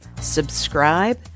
subscribe